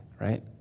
right